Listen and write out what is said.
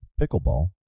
pickleball